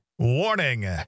Warning